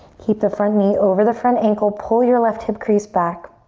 keep the front knee over the front ankle, pull your left hip crease back,